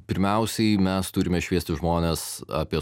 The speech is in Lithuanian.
pirmiausiai mes turime šviesti žmones apie